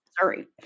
Sorry